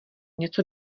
něco